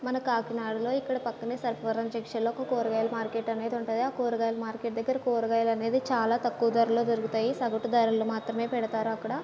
మన కాకినాడలో ఇక్కడ పక్కనే సర్పవరం జంక్షన్లో ఒక కూరగాయలు మార్కెట్ అనేది ఉంటుంది ఆ కూరగాయల మార్కెట్ దగ్గర కూరగాయలు అనేది చాలా తక్కువ ధరలో దొరుకుతాయి సగటు ధరలు మాత్రమే పెడతారు అక్కడ